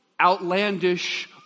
outlandish